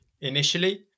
initially